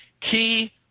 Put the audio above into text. key